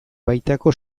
baitako